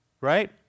right